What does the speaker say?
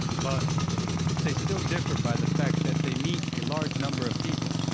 but they still differ by the fact that they meet a large number of people.